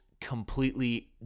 completely